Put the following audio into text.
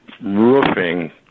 roofing